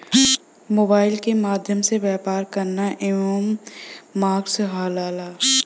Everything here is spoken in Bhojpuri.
मोबाइल के माध्यम से व्यापार करना एम कॉमर्स कहलाला